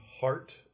heart